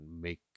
make